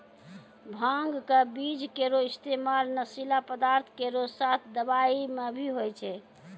भांग क बीज केरो इस्तेमाल नशीला पदार्थ केरो साथ दवाई म भी होय छै